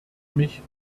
mich